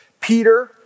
Peter